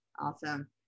awesome